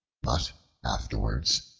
but afterwards,